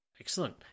Excellent